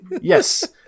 Yes